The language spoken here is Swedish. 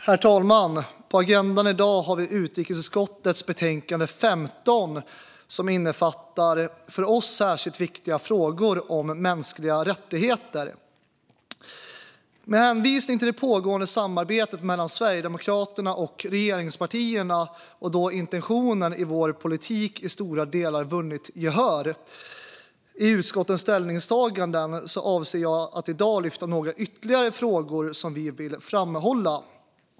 Herr talman! På agendan i dag har vi utrikesutskottets betänkande 15 som innefattar för oss särskilt viktiga frågor om mänskliga rättigheter. Med hänvisning till det pågående samarbetet mellan Sverigedemokraterna och regeringspartierna och då intentionen i vår politik i stora delar vunnit gehör i utskottets ställningstaganden avser jag att i dag lyfta några ytterligare frågor som vi vill framhålla.